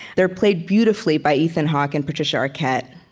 they're played beautifully by ethan hawke and patricia arquette.